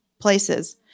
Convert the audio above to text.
places